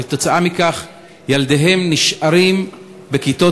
וכתוצאה מכך ילדיהם נשארים בכיתות